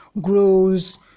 grows